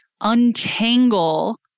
untangle